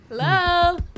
Hello